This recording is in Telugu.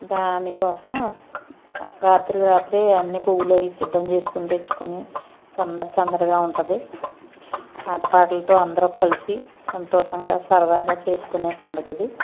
దానికోసం రాత్రికి రాత్రే అన్నీ పువ్వులు సిద్ధం చేసుకోని తెచ్చుకుని సందడి సందడిగా ఉంటుంది ఆట పాటలతో అందరం కలిసి సంతోషంగా సరదాగా చేసుకునే పండుగిది